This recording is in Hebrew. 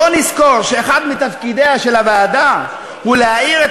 בוא נזכור שאחד מתפקידיה של הוועדה הוא להאיר את